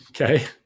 Okay